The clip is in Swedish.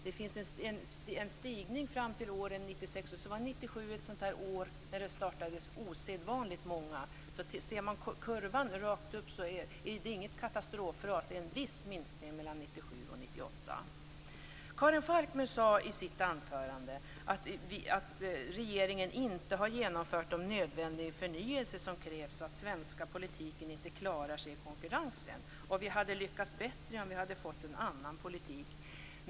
Det finns en stigning fram till våren 1996. Så var 1997 ett sådant där år då det startades osedvanligt många företag. Ser man kurvan rakt upp så är det inget katastrofras. Det är en viss minskning mellan 1997 och 1998. Karin Falkmer sade i sitt anförande att regeringen inte har genomfört den förnyelse som krävs och att svenska politiken inte klarar sig i konkurrensen. Vi skulle ha lyckats bättre om vi hade fört en annan politik.